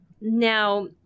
Now